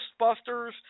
Ghostbusters